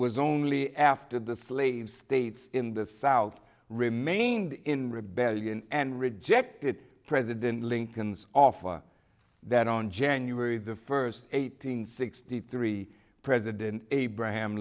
was only after the slave states in the south remained in rebellion and rejected president lincoln's offer that on january the first eight hundred sixty three president abraham